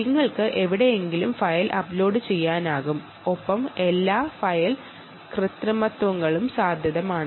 നിങ്ങൾക്ക് എവിടെയെങ്കിലും ഫയൽ അപ്ലോഡുചെയ്യാനാകും ഒപ്പം എല്ലാ ഫയൽ മാനിപ്പുലേഷനുകളും സാധ്യമാണ്